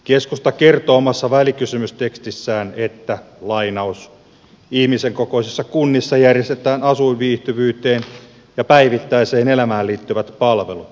keskusta kertoo omassa välikysymystekstissään että ihmisen kokoisissa kunnissa järjestetään asuinviihtyvyyteen ja päivittäiseen elämään liittyvät palvelut